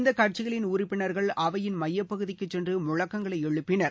இந்த கட்சிகளின் உறுப்பினர்கள் அவையின் எமயப்பகுதிக்குச் சென்று முழக்கங்களை எழுப்பினர்